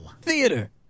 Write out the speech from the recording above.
Theater